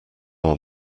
our